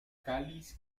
cáliz